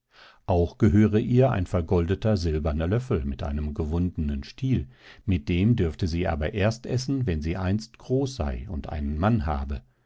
auch gehöre ihr ein vergoldeter silberner löffel mit einem gewundenen stiel mit dem dürfte sie aber erst essen wenn sie einst groß sei und einen mann habe